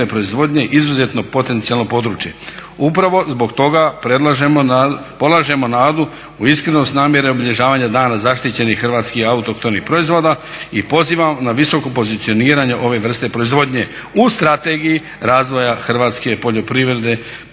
proizvodnje izuzetno potencijalno područje. Upravo zbog toga predlažemo, polažemo nadu u iskrenost namjere obilježavanja dana zaštićenih hrvatskih autohtonih proizvoda i pozivam na visoko pozicioniranje ove vrste proizvodnje u Strategiji razvoja hrvatske poljoprivrede